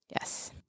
Yes